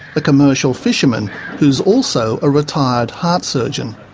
a commercial fisherman who's also a retired heart surgeon.